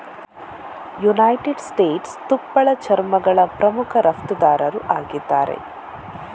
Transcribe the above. United States ತುಪ್ಪಳ ಚರ್ಮಗಳ ಪ್ರಮುಖ ರಫ್ತುದಾರರು ಆಗಿದ್ದಾರೆ